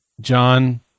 John